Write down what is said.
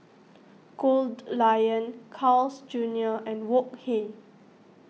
Goldlion Carl's Junior and Wok Hey